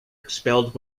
expelled